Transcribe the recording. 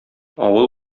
авыл